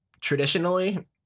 traditionally